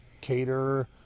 Cater